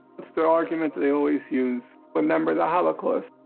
the argument that they always use, remember the holocaust.